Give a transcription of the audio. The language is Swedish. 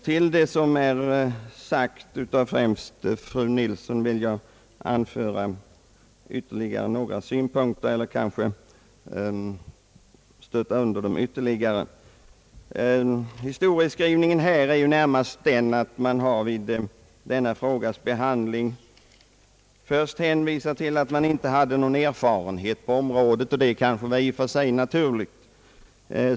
Utöver vad som redan sagts, främst av fru Nilsson, vill jag anföra ytterligare några synpunkter. Historieskrivningen kring denna frågas behandling visar att utskottet först hänvisat till att det saknats erfarenhet på området, och det var kanske då i och för sig förklarligt.